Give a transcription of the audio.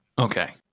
Okay